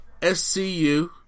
SCU